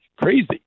Crazy